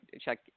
check